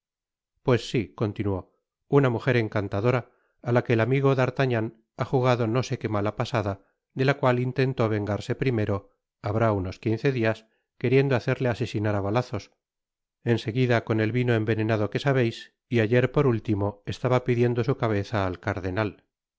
pues sí continuó una mujer encantadora á la que el amigo d'artagnan ha jugado no sé que mala pasada de la cual intentó vengarse primero habrá unos quince dias queriendo hacerle asesinar á balazos en seguida con el vino envenenado que sabeis y ayer por último estaba pidiendo su cabeza al cardenal